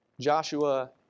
Joshua